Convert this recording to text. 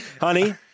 Honey